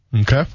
Okay